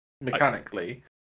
mechanically